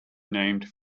named